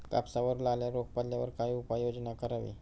कापसावर लाल्या रोग पडल्यावर काय उपाययोजना करावी?